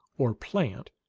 or plant,